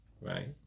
right